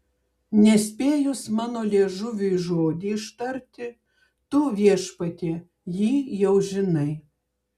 nespėjus mano liežuviui žodį ištarti tu viešpatie jį jau žinai